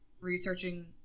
researching